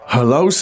Hello